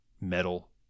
Metal